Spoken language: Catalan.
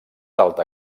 alta